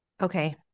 Okay